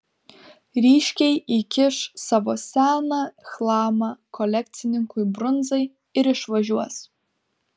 ryškiai įkiš savo seną chlamą kolekcininkui brunzai ir išvažiuos